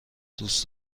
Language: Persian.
دوست